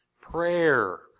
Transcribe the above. Prayer